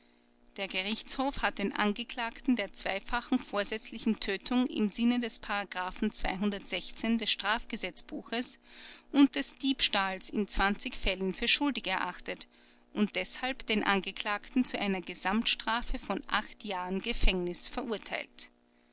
der gerichtshof hat den angeklagten der zweifachen vorsätzlichen tötung im sinne des des strafgesetzbuches und des diebstahls in fällen für schuldig erachtet und deshalb den angeklagten zu einer gesamtstrafe von acht jahren gefängnis verurteilt